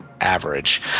average